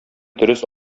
дөрес